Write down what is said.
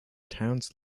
towns